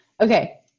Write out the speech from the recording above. Okay